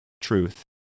truth